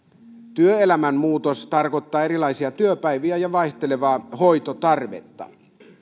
työelämän muutos tarkoittaa erilaisia työpäiviä ja vaihtelevaa hoitotarvetta